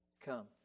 Come